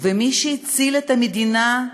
ומי שהציל את המדינה,